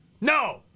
No